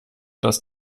das